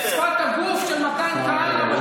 אני כבר מדמיין את שפת הגוף של מתן כהנא ואת